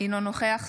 אינו נוכח